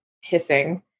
hissing